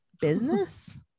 business